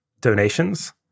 donations